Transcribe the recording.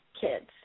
kids